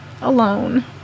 alone